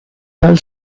tal